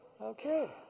Okay